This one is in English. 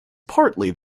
partly